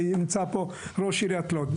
נמצא פה ראש עיריית לוד.